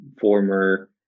former